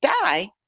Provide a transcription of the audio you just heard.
die